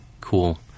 Cool